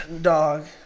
Dog